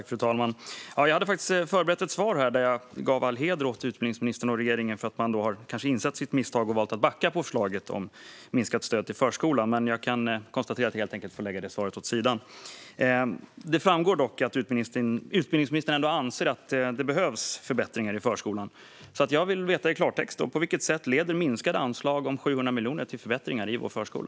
Fru talman! Jag hade faktiskt förberett ett svar där jag gav all heder åt utbildningsministern och regeringen för att man insett sitt misstag och valt att backa från förslaget om minskat stöd till förskolan. Men jag kan konstatera att jag helt enkelt får lägga det svaret åt sidan. Det framgår dock att utbildningsministern ändå anser att det behövs förbättringar i förskolan. Jag vill veta i klartext på vilket sätt minskade anslag om 700 miljoner leder till förbättringar i vår förskola.